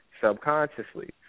subconsciously